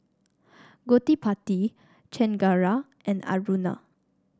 Gottipati Chengara and Aruna